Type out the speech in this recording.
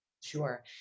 Sure